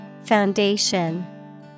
Foundation